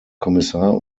kommissar